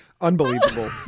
Unbelievable